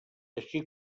així